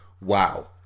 Wow